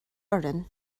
orainn